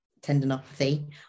tendinopathy